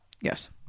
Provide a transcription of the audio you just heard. Yes